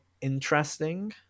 interesting